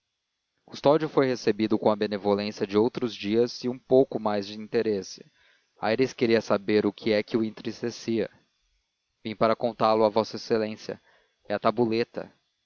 custódio foi recebido com a benevolência de outros dias e um pouco mais de interesse aires queria saber o que é que o entristecia vim para contá-lo a v exa é a tabuleta